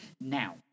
Now